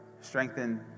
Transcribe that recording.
strengthen